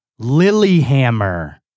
Lilyhammer